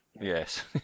Yes